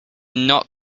not